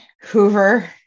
Hoover